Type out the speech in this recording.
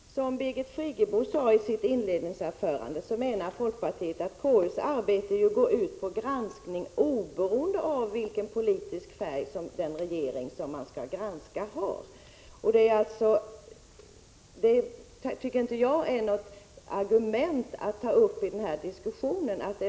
Herr talman! Som Birgit Friggebo sade i sitt inledningsanförande menar folkpartiet att konstitutionsutskottets uppgift är en granskning, som är oberoende av vilken politisk färg den regering man skall granska har. Att borgerliga regeringar eventuellt gjorde samma misstag tycker inte jag är något argument att ta upp i den här diskussionen.